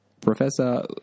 Professor